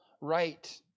right